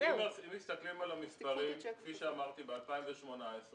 אם מסתכלים על המספרים כפי שאמרתי ב-2018,